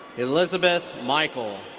elizabeth michel.